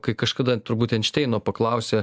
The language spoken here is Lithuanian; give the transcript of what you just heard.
kai kažkada turbūt enšteino paklausė